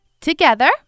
Together